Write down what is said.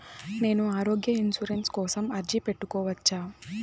నేను ఆరోగ్య ఇన్సూరెన్సు కోసం అర్జీ పెట్టుకోవచ్చా?